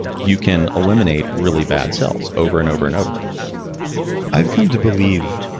you can eliminate really bad cells, over and over and over i've come to believe,